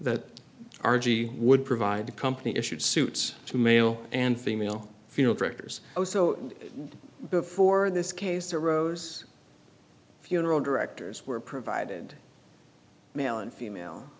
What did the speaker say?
that argee would provide the company issued suits to male and female female directors also before this case arose funeral directors were provided male and female